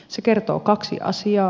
se kertoo kaksi asiaa